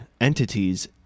entities